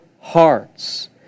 hearts